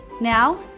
Now